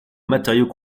matériaux